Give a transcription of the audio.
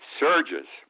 surges